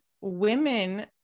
Women